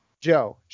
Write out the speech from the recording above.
Joe